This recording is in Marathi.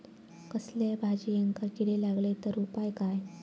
कसल्याय भाजायेंका किडे लागले तर उपाय काय?